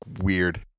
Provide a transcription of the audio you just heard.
weird